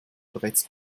bereits